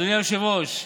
אדוני היושב-ראש,